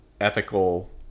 ethical